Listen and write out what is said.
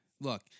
Look